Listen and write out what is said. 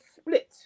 split